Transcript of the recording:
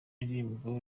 indirimbo